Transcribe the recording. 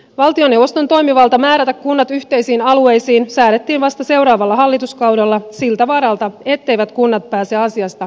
valtioneuvoston toimivalta määrätä kunnat yhteisiin alueisiin säädettiin vasta seuraavalla hallituskaudella siltä varalta etteivät kunnat pääse asiasta yhteisymmärrykseen